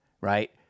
right